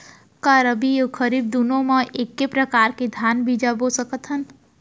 का रबि अऊ खरीफ दूनो मा एक्के प्रकार के धान बीजा बो सकत हन?